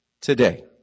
today